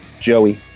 Joey